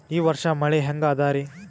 ಈ ವರ್ಷ ಮಳಿ ಹೆಂಗ ಅದಾರಿ?